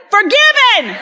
Forgiven